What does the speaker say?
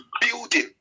building